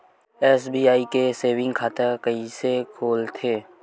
SBI के saving खाता कइसे खोलथे?